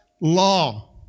law